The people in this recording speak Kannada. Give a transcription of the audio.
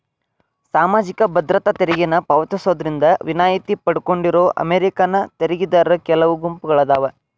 ಸಾಮಾಜಿಕ ಭದ್ರತಾ ತೆರಿಗೆನ ಪಾವತಿಸೋದ್ರಿಂದ ವಿನಾಯಿತಿ ಪಡ್ಕೊಂಡಿರೋ ಅಮೇರಿಕನ್ ತೆರಿಗೆದಾರರ ಕೆಲವು ಗುಂಪುಗಳಾದಾವ